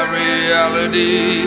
reality